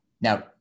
Now